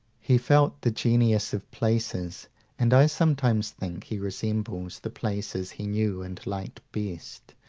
he felt the genius of places and i sometimes think he resembles the places he knew and liked best,